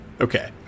Okay